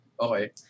Okay